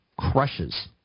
crushes